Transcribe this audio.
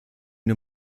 nur